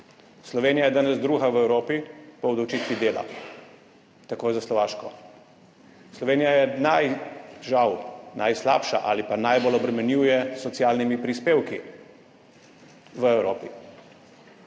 Slovenija je danes druga v Evropi po obdavčitvi dela, takoj za Slovaško. Slovenija je, žal, najslabša ali pa najbolj obremenjuje s socialnimi prispevki v Evropi.